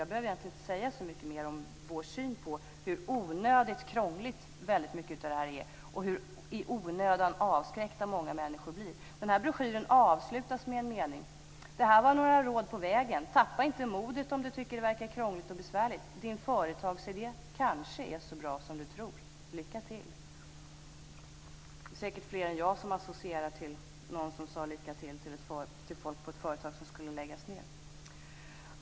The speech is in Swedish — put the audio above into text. Jag behöver egentligen inte säga så mycket mer om vår syn på hur onödigt krångligt mycket av det här är. Många människor blir avskräckta i onödan. Broschyren avslutas med följande mening: Detta var några råd på vägen. Tappa inte modet om du tycker att det verkar krångligt och besvärligt. Din företagsidé kanske är så bra som du tror. Lycka till! Det är säkert fler än jag som associerar till någon som önskade folk lycka till på ett företag som skulle läggas ned.